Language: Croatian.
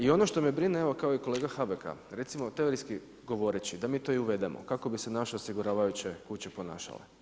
I ono što me brine evo kao i kolega Habeka recimo teorijski govoreći, da mi to i uvedemo, kako bi se naše osiguravajuće kuće ponašale.